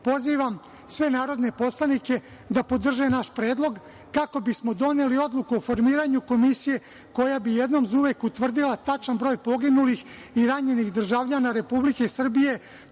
sve narodne poslanike da podrže naš predlog, kako bismo doneli odluku o formiranju komisije koja bi jednom zauvek utvrdila tačan broj poginulih i ranjenih državljana Republike Srbije